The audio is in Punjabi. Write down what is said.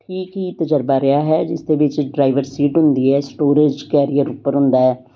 ਠੀਕ ਹੀ ਤਜਰਬਾ ਰਿਹਾ ਹੈ ਜਿਸ ਦੇ ਵਿੱਚ ਡਰਾਈਵਰ ਸੀਟ ਹੁੰਦੀ ਹੈ ਸਟੋਰੇਜ ਕੈਰੀਅਰ ਉੱਪਰ ਹੁੰਦਾ